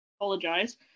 Apologize